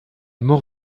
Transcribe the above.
mort